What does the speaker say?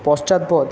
পশ্চাৎপদ